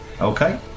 Okay